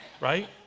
Right